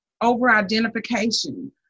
over-identification